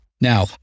Now